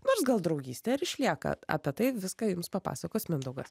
nors gal draugystė ir išlieka apie tai viską jums papasakos mindaugas